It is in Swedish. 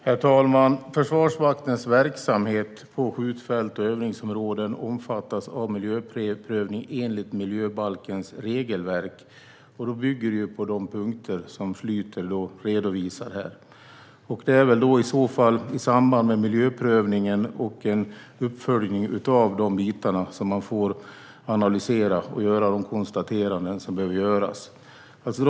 Herr talman! Försvarsmaktens verksamhet på skjutfält och i övningsområden omfattas av miljöprövning enligt miljöbalkens regelverk. Det bygger på de punkter som Schlyter redovisar här. Det är i så fall i samband med miljöprövningen och en uppföljning av dessa delar som man får analysera och göra de konstateranden som behövs.